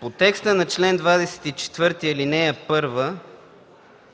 По текста на чл. 24, ал. 1